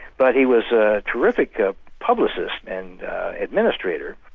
but he was a terrific ah publicist and administrator,